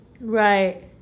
Right